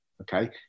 Okay